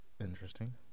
Interesting